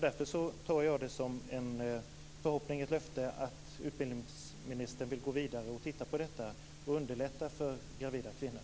Jag tar det därför som ett löfte att utbildningsministern vill gå vidare och titta på detta och underlätta för gravida kvinnor.